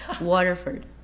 Waterford